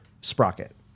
Sprocket